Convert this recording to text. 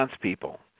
people